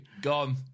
Gone